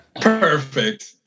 Perfect